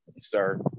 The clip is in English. sir